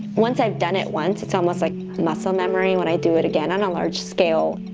once i've done it once it's almost like muscle memory when i do it again on a large scale,